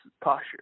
posture